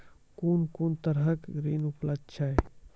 कून कून तरहक ऋण उपलब्ध छै?